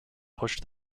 pushed